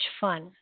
fun